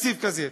תקציב כזה.